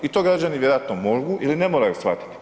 I to građani vjerojatno mogu ili ne moraju shvatiti.